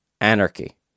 anarchy